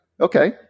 Okay